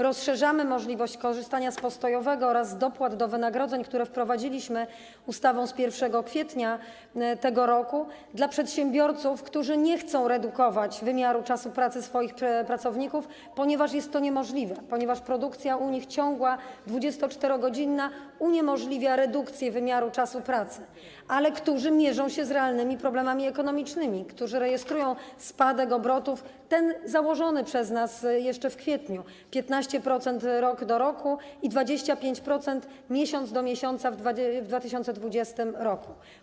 Rozszerzamy możliwość korzystania z postojowego oraz z dopłat do wynagrodzeń, które wprowadziliśmy ustawą z 1 kwietnia tego roku, dla przedsiębiorców, którzy nie chcą redukować wymiaru czasu pracy swoich pracowników - ponieważ jest to niemożliwe, ponieważ u nich produkcja ciągła, 24-godzinna uniemożliwia redukcję wymiaru czasu pracy - ale którzy mierzą się z realnymi problemami ekonomicznymi, którzy rejestrują spadek obrotów, ten założony przez nas jeszcze w kwietniu: 15% rok do roku i 25% miesiąc do miesiąca w 2020 r.